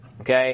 Okay